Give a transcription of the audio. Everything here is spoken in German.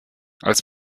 als